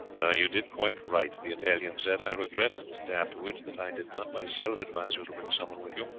you did quite right, the italian said i regretted afterwards that i did not myself advise you to bring some one with you,